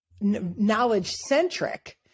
knowledge-centric